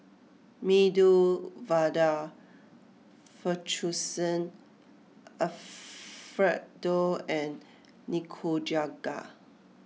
Medu Vada Fettuccine Alfredo and Nikujaga